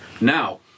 Now